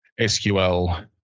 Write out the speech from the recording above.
SQL